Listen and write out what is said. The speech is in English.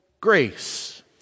grace